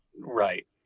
right